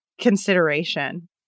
consideration